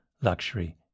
luxury